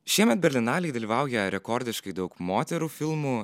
šiemet berlinalėj dalyvauja rekordiškai daug moterų filmų